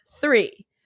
three